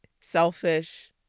selfish